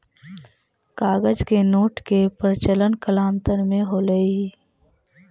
कागज के नोट के प्रचलन कालांतर में होलइ